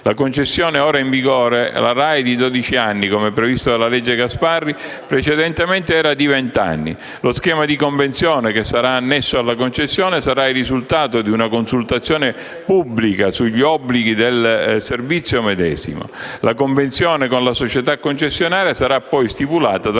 La concessione ora in vigore con la RAI è di dodici anni (come previsto dalla legge Gasparri), mentre precedentemente era di vent'anni. Lo schema di convenzione, che sarà annesso alla concessione, sarà il risultato di una consultazione pubblica sugli obblighi del servizio medesimo. La convenzione con la società concessionaria sarà poi stipulata dal